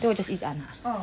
then 我 just 一直按